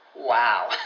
Wow